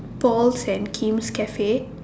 Paul's and Kim's cafe